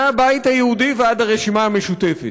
מהבית היהודי ועד הרשימה המשותפת,